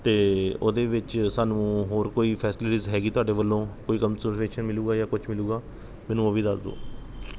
ਅਤੇ ਉਹਦੇ ਵਿੱਚ ਸਾਨੂੰ ਹੋਰ ਕੋਈ ਫੈਸਟੀਲੀਜ ਹੈਗੀ ਤੁਹਾਡੇ ਵੱਲੋਂ ਕੋਈ ਕਨਸੈਸ਼ਨ ਮਿਲੇਗਾ ਜਾਂ ਕੁਛ ਮਿਲੇਗਾ ਮੈਨੂੰ ਉਹ ਵੀ ਦੱਸ ਦਿਓ